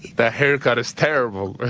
the haircut is terrible.